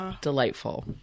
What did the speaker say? delightful